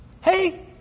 Hey